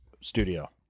studio